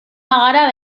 bagara